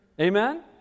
Amen